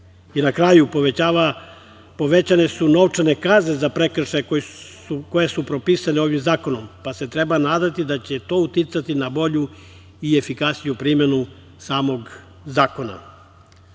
kraju, povećane su novčane kazne za prekršaje koji su propisani ovim zakonom pa se treba nadati da će to uticati na bolju i efikasniju primenu samog